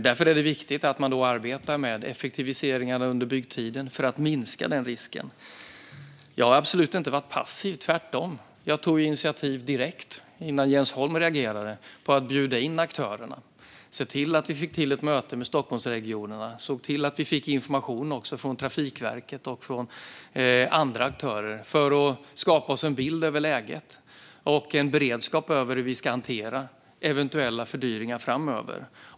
Därför är det viktigt att man arbetar med effektiviseringar under byggtiden för att minska den risken. Jag har absolut inte varit passiv, tvärtom. Jag tog initiativ direkt, innan Jens Holm reagerade, att bjuda in aktörerna. Jag såg till att vi fick till ett möte med Stockholmsregionen och också information från Trafikverket och från andra aktörer. Det handlade om att skapa oss en bild över läget och en beredskap för hur vi ska hantera eventuella fördyringar framöver.